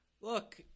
Look